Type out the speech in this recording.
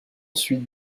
ensuite